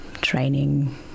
training